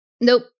nope